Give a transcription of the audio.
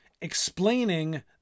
explaining